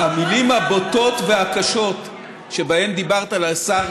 המילים הבוטות והקשות שבהן דיברת על שר